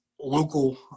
local